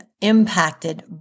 impacted